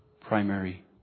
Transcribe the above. primary